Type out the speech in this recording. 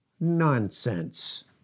Nonsense